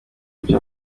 kubyo